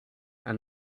and